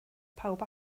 pawb